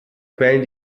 quellen